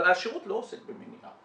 אבל השירות לא עוסק במניעה.